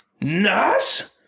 Nice